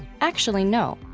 actually, no.